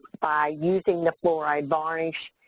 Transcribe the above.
by using the fluoride varnish.